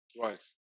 right